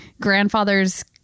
grandfather's